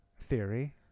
theory